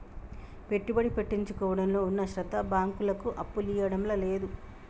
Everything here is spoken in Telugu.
పెట్టుబడి పెట్టించుకోవడంలో ఉన్న శ్రద్ద బాంకులకు అప్పులియ్యడంల లేదు